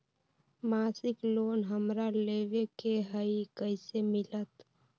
मासिक लोन हमरा लेवे के हई कैसे मिलत?